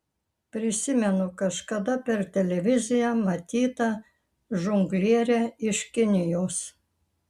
prisimenu kažkada per televiziją matytą žonglierę iš kinijos